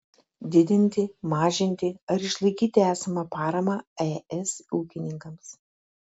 didinti mažinti ar išlaikyti esamą paramą es ūkininkams